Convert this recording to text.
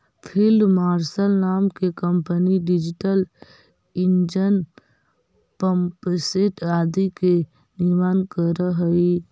field marshal नाम के company diesel engine, pumpset आदि के निर्माण करऽ हई